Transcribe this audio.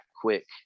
quick